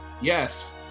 yes